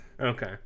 Okay